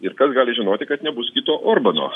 ir kas gali žinoti kad nebus kito orbano